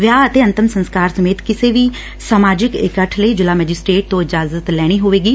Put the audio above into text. ਵਿਆਹ ਅਤੇ ਅੰਤਮ ਸੰਸਕਾਰ ਸਮੇਤ ਕਿਸੇ ਵੀ ਸਮਾਜਿਕ ਇਕੱਠ ਲਈ ਜ਼ਿਲ੍ਹਾ ਮੈਜਿਸਟਰੇਟ ਤੋਂ ਇਜਾਜਤ ਲੈਣੀ ਹੋਵੇਗੀ